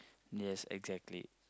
yes exactly